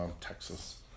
Texas